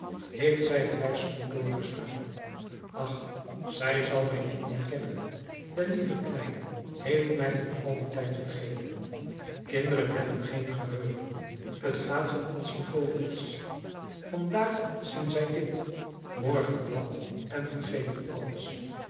heeft zij de reis goed doorgestaan ach zij zal mij niet meer kennen de lieve kleine heeft mij in al dien tijd vergeten kinderen hebben geen geheugen t gaat hun als de vogels vandaag zien zij dit morgen dat en vergeten alles